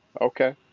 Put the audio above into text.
okay